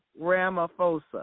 Ramaphosa